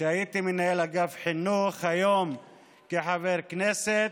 כשהייתי מנהל אגף חינוך, והיום כחבר כנסת.